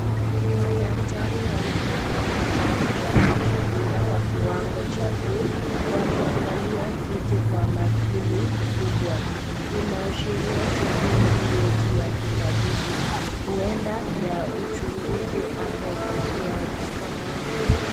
Madaktari wamevali mavazi ya kujikinga kwa kiwango cha juu, wakiangalia kitu kwa makini kubwa. Inaashiria shughuli nyeti ya kitabibu uenda ya uchunguzi ama upasuaji.